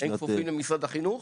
במשרד החינוך?